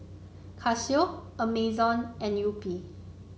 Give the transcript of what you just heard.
Casio Amazon and Yupi